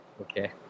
Okay